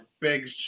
big